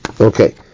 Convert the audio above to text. Okay